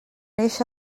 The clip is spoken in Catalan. eixa